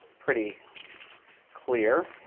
pretty clear.